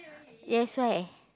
yes why